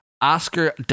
Oscar